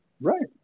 right